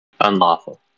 unlawful